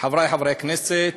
חברי חברי הכנסת,